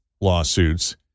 lawsuits